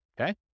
Okay